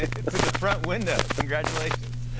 it's in the front window. congratulations.